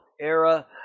era